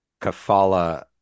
kafala